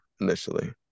initially